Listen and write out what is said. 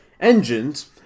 engines